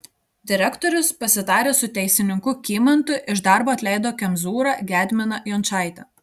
direktorius pasitaręs su teisininku kymantu iš darbo atleido kemzūrą gedminą jončaitę